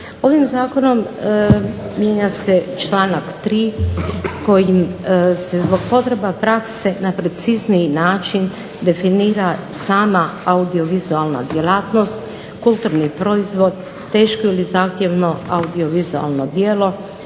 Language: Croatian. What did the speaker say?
Ovim zakonom mijenja se članak 3. kojim se zbog potreba prakse na precizniji način definira sama audiovizualna djelatnost, kulturni proizvod, teško ili zahtjevno audiovizualno djelo,